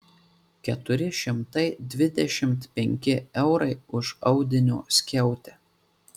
keturi šimtai dvidešimt penki eurai už audinio skiautę